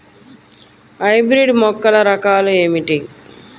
Hybrid మొక్కల రకాలు ఏమిటి?